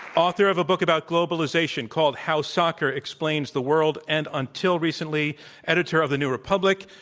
author of a book about globalization called how soccer explains the world and until recently editor of the new republic.